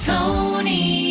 Tony